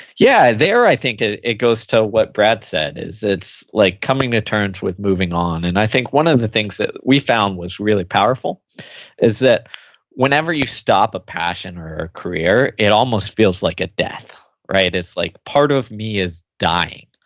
yeah. there i think ah it goes to what brad said, is it's like coming to terms with moving on. and i think one of the things that we found was really powerful is that whenever you stop a passion or a career, it almost feels like a death. right? it's like part of me is dying.